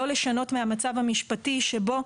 לא לשנות מהמצב המשפטי שבו,